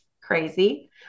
crazy